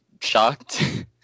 shocked